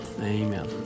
Amen